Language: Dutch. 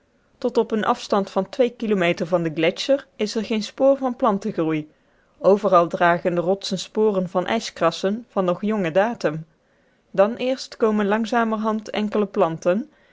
tot op eenen afstand van twee kilometer van den gletscher is er geen spoor van plantengroei overal dragen de rotsen sporen van ijskrassen van nog jongen datum dan eerst komen langzamerhand enkele planten